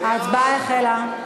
ההצבעה החלה.